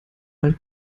mal